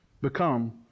become